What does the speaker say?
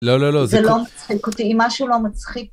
לא, לא, לא. זה לא מצחיק אותי, אם משהו לא מצחיק...